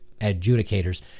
adjudicators